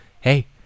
hey